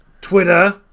Twitter